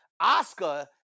oscar